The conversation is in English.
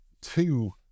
two